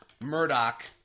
Murdoch